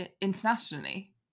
internationally